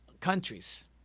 countries